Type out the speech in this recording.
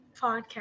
podcast